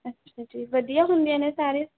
ਅੱਛਾ ਜੀ ਵਧੀਆ ਹੁੰਦੀਆਂ ਨੇ ਸਾਰੇ